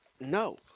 No